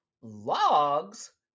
Logs